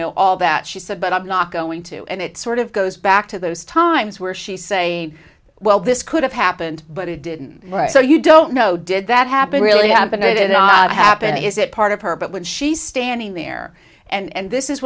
know all that she said but i'm not going to and it sort of goes back to those times where she say well this could have happened but it didn't right so you don't know did that happen really happened it odd happen is it part of her but when she's standing there and this is